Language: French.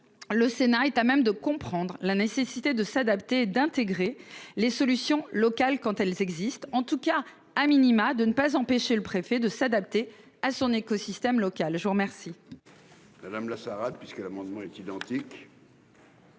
Le Sénat est à même de comprendre la nécessité de s'adapter et d'intégrer les solutions locales, quand elles ont fait leurs preuves, de ne pas empêcher le préfet de s'adapter à son écosystème local. La parole